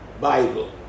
Bible